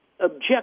object